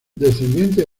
descendiente